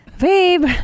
Babe